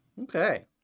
Okay